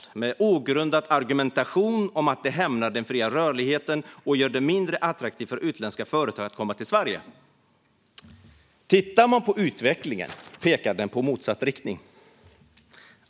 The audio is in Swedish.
Man för en ogrundad argumentation om att den nuvarande lagen hämmar den fria rörligheten och gör det mindre attraktivt för utländska företag att komma till Sverige. Utvecklingen pekar dock i motsatt riktning.